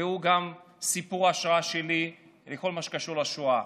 והוא גם סיפור ההשראה שלי בכל מה שקשור לשואה.